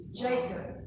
Jacob